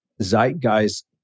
zeitgeist